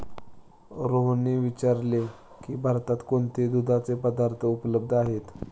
रोहनने विचारले की भारतात कोणते दुधाचे पदार्थ उपलब्ध आहेत?